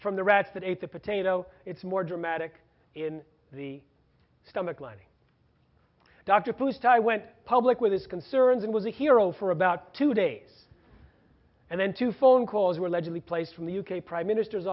from the rats that ate the potato it's more dramatic in the stomach lining dr pou style went public with his concerns and was a hero for about two days and then two phone calls were allegedly place from the u k prime minister's